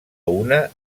una